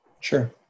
Sure